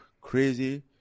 crazy